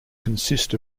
consist